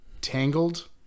Tangled